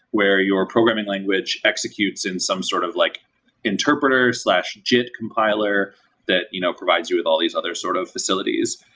where your programming language executes in some sort of like interpreter jit compiler that you know provides you with all these other sort of facilities.